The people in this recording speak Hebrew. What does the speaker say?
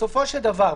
בסופו של דבר,